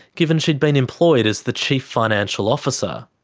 given she had been employed as the chief financial officer.